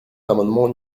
l’amendement